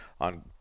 on